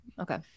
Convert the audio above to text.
okay